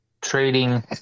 trading